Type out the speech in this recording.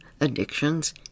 addictions